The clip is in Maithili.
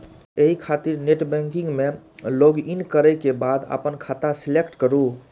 एहि खातिर नेटबैंकिग मे लॉगइन करै के बाद अपन खाता के सेलेक्ट करू